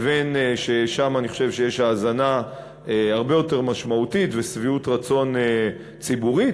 ששם אני חושב שיש האזנה הרבה יותר משמעותית ושביעות רצון ציבורית,